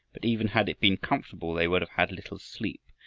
but even had it been comfortable they would have had little sleep.